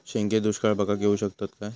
शेंगे दुष्काळ भागाक येऊ शकतत काय?